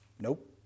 Nope